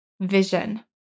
vision